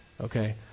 Okay